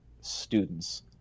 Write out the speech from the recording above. students